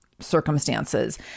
circumstances